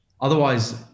otherwise